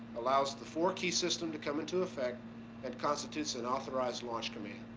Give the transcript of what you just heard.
allows the four key system to come into effect and constitutes an authorized launch command.